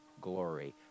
glory